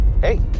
hey